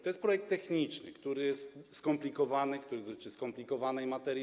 To jest projekt techniczny, który jest skomplikowany, który dotyczy skomplikowanej materii.